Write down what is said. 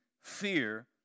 fear